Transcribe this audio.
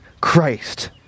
Christ